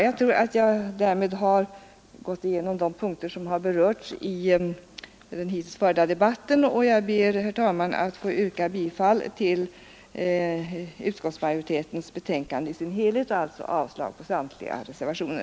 Jag tror att jag därmed har gått igenom de punkter som berörts i den hittills förda debatten, och jag ber, herr talman, att få yrka bifall till utskottsmajoritetens hemställan i dess helhet och alltså avslag på samtliga reservationer.